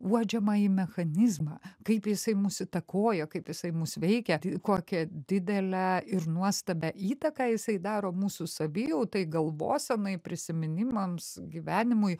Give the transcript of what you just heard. uodžiamąjį mechanizmą kaip jisai mus įtakoja kaip jisai mus veikia kokią didelę ir nuostabią įtaką jisai daro mūsų savijautai galvosenai prisiminimams gyvenimui